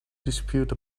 dispute